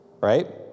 right